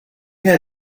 had